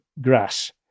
grass